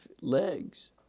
legs